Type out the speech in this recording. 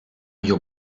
your